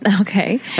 Okay